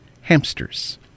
Hamsters